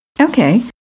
Okay